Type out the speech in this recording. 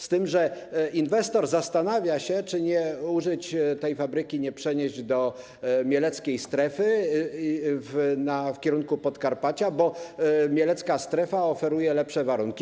Z tym że inwestor zastanawia się, czy tej fabryki nie przenieść do mieleckiej strefy, w kierunku Podkarpacia, bo mielecka strefa oferuje lepsze warunki.